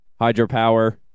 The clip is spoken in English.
hydropower